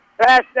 Pass